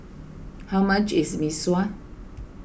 how much is Mee Sua